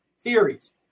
theories